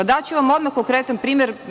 Daću vam odmah konkretan primer.